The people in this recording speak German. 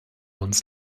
uns